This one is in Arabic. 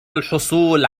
الحصول